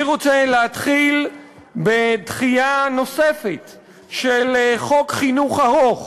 אני רוצה להתחיל בדחייה נוספת של חוק יום חינוך ארוך